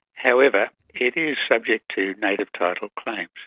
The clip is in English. however, it is subject to native title claims.